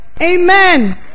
Amen